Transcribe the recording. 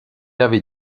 avait